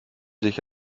sich